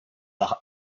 par